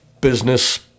business